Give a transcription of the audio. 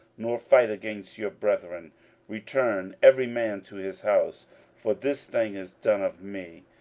nor fight against your brethren return every man to his house for this thing is done of me.